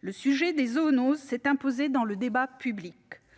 Le sujet des zoonoses s'est ainsi imposé dans le débat public